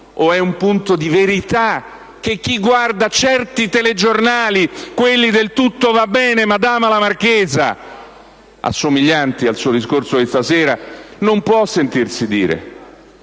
o è un punto di verità che chi guarda certi telegiornali, quelli del «tutto va bene, madama la marchesa», assomiglianti al suo discorso di stasera, non può sentirsi dire?